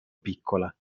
piccola